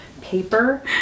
paper